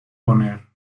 poner